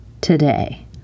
today